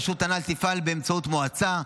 הרשות הנ"ל תפעל באמצעות מועצה.